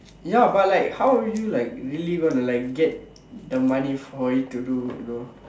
ya but like how would you like really gonna like get the money for you to do you know